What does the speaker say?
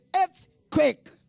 earthquake